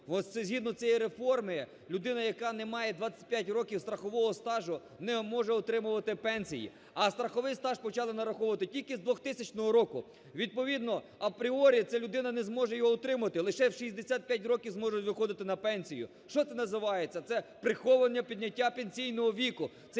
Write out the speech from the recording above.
згідно цієї реформи людина, яка не має 25 років страхового стажу, не може отримувати пенсії, а страховий стаж почали нараховувати тільки з 2000 року. Відповідно апріорі ця людина не зможе його отримати, лише в 65 років зможуть виходити на пенсію. Що це називається? Це приховане підняття пенсійного віку,